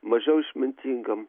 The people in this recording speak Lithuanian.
mažiau išmintingam